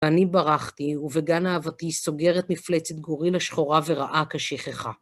אני ברחתי, ובגן אהבתי סוגרת מפלצת גורילה שחורה ורעה כשכחה.